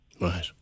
Right